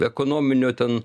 ekonominio ten